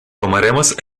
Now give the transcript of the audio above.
tomaremos